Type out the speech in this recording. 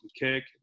kick